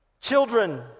Children